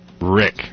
Rick